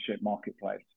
marketplace